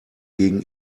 gegen